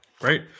Right